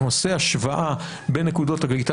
אנחנו נעשה השוואה בנקודות הקליטה,